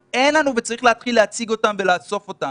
וצריך להתחיל לאסוף ולהציג אותם